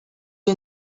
you